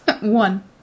One